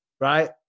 right